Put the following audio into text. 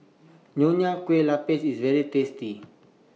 Nonya Kueh Lapis IS very tasty